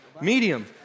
Medium